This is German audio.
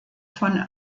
von